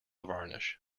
varnish